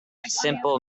simple